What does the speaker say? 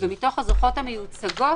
ומתוך הזוכות המיוצגות